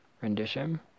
Rendition